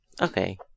Okay